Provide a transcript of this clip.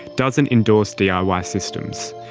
doesn't endorse diy ah ah systems.